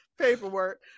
paperwork